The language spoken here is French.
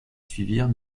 suivirent